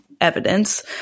evidence